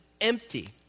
empty